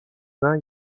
vin